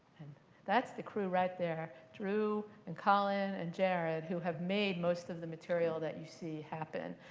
that's the crew right there drew and colin and jared who have made most of the material that you see happen.